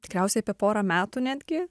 tikriausia apie porą metų netgi